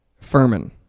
Furman